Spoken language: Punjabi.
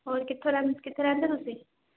ਹੋਰ ਕਿੱਥੋਂ ਰਹਿੰ ਕਿੱਥੇ ਰਹਿੰਦੇ ਤੁਸੀਂ